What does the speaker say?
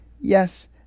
yes